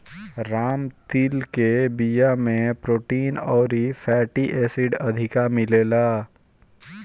राम तिल के बिया में प्रोटीन अउरी फैटी एसिड अधिका मिलेला